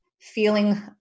feeling